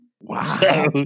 Wow